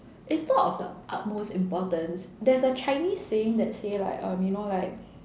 is not of the utmost importance there's a Chinese saying that say like you know like